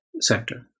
sector